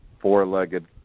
four-legged